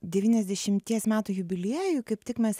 devyniasdešimties metų jubiliejų kaip tik mes